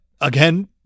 Again-